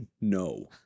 no